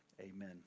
amen